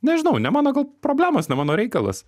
nežinau ne mano gal problemos ne mano reikalas